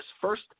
first